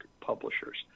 publishers